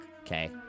Okay